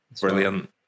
Brilliant